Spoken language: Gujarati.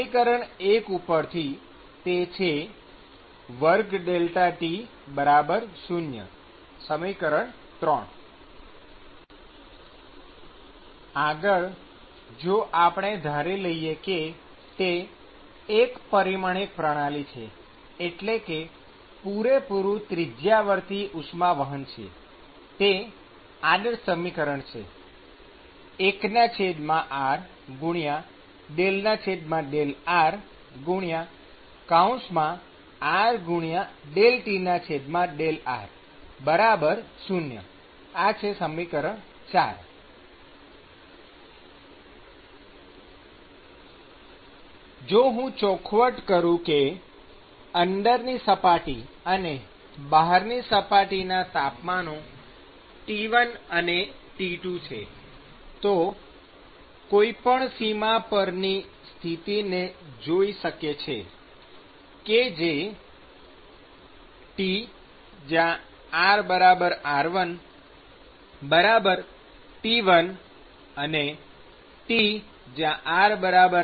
સમીકરણ ૧ ઉપરથી તે છે 2T0 ૩ આગળ જો આપણે ધારી લઈએ કે તે એક પરિમાણિક પ્રણાલી છે એટલે કે પૂરેપુરું ત્રિજ્યાવર્તી ઉષ્માવહન છે તો આદર્શ સમીકરણ છે 1r∂rr∂T∂r0 ૪ જો હું ચોખવટ કરું કે અંદરની સપાટી અને બહારની સપાટીના તાપમાનો T1 અને T2 છે તો કોઈ પણ સીમા પરની સ્થિતિને જોઈ શકે છે કે જે Tr r1 T1Tr r2 T2 છે